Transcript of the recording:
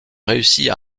réussit